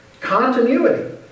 Continuity